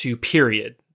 period